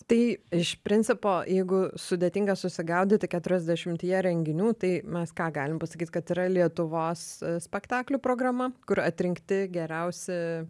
tai iš principo jeigu sudėtinga susigaudyt tai keturiasdešimtyje renginių tai mes ką galim pasakyt kad yra lietuvos spektaklių programa kur atrinkti geriausi